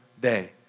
day